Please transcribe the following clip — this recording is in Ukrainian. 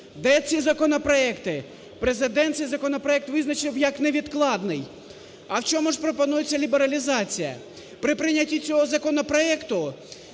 Де ці законопроекти? Президент цей законопроект визначив як невідкладний. А в чому ж пропонується лібералізація? При прийнятті цього законопроекту